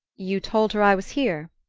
you told her i was here?